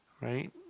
right